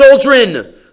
children